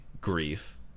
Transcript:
grief